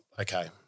okay